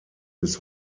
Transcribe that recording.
bis